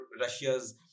Russia's